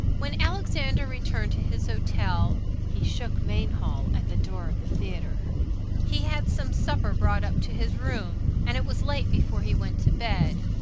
when alexander returned to his hotel he shook mainhall at the door of the theatre he had some supper brought up to his room, and it was late before he went to bed.